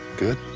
good?